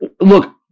look